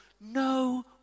no